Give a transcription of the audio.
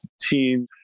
team